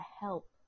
help